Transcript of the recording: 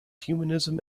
humanism